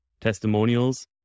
testimonials